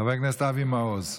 חבר הכנסת אבי מעוז.